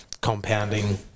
compounding